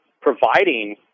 providing